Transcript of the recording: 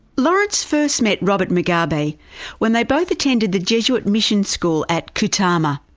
lawrence first met robert mugabe when they both attended the jesuit mission school at katarma,